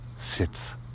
sits